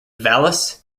vallis